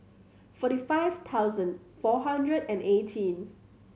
forty five thousand four hundred and eighteen